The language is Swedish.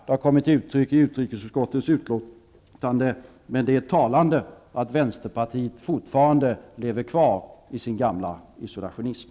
Det har kommit till uttryck i utrikesutskottets utlåtande; det är talande att Vänsterpartiet fortfarande lever kvar i sin gamla isolationism.